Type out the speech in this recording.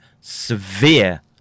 severe